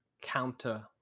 counter